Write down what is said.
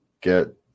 get